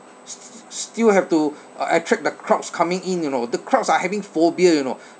still have to attract the crowds coming in you know the crowds are having phobia you know